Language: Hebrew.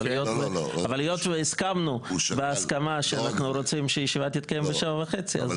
אבל היות והסכמנו כי אנחנו רוצים שהישיבה תתקיים ב-19:30 זה